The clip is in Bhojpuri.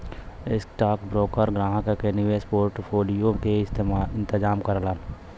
स्टॉकब्रोकर ग्राहक के निवेश पोर्टफोलियो क इंतजाम करलन